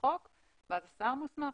בחוק ואז השר מוסמך,